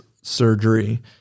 surgery